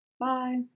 Bye